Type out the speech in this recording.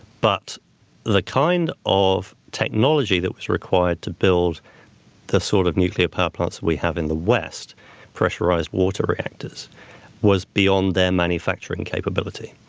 but the kind of technology that was required to build the sort of nuclear power plants we have in the west pressurized water reactors was beyond their manufacturing capability.